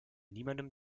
niemandem